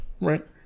Right